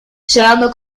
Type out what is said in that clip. llevando